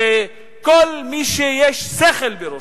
שכל מי שיש שכל בראשו,